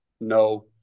No